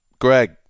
Greg